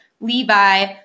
Levi